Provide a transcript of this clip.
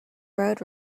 road